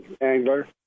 angler